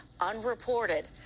unreported